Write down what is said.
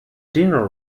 dinner